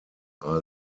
are